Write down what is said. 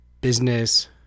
business